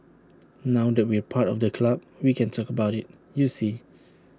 now that we're part of the club we can talk about IT you see